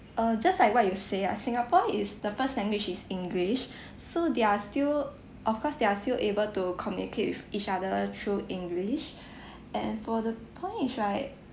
uh just like what you say ah singapore is the first language is english so they are still of course they are still able to communicate with each other through english and for the points right